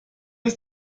ist